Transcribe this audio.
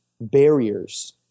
barriers